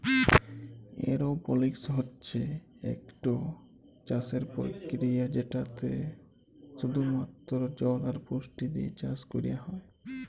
এরওপলিক্স হছে ইকট চাষের পরকিরিয়া যেটতে শুধুমাত্র জল আর পুষ্টি দিঁয়ে চাষ ক্যরা হ্যয়